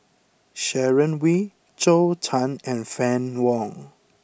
Sharon Wee Zhou Can and Fann Wong